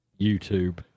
YouTube